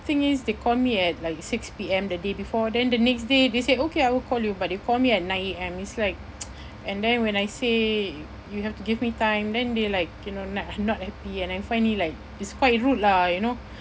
thing is they call me at like six P_M the day before then the next day they say okay I will call you but they call me at nine A_M it's like and then when I say you have to give me time then they like you know not not happy and I find it like it's quite rude lah you know